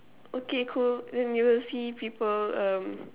okay cool then you will see people um